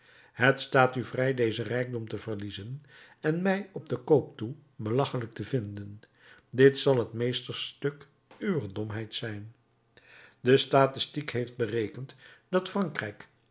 het staat u vrij dezen rijkdom te verliezen en mij op den koop toe belachelijk te vinden dit zal het meesterstuk uwer domheid zijn de statistiek heeft berekend dat frankrijk